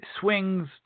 swings